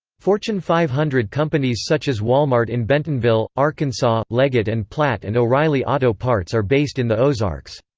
fortune five hundred companies such as wal-mart in bentonville, arkansas, leggett and platt and o'reilly auto parts are based in the ozarks.